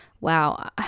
Wow